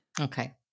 Okay